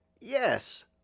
Yes